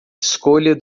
escolha